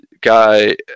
guy